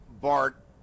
Bart